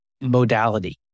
modality